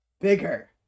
Bigger